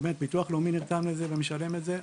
ביטוח לאומי נרתם לזה ומשלם את זה.